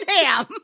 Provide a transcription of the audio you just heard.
ham